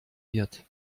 wird